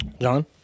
John